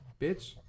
Bitch